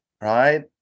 Right